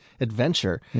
adventure